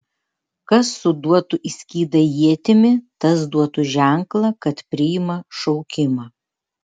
kas suduotų į skydą ietimi tas duotų ženklą kad priima šaukimą